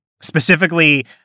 Specifically